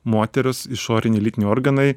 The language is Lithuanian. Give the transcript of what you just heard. moters išoriniai lytiniai organai